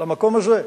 למקום הזה.